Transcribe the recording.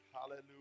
Hallelujah